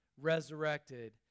resurrected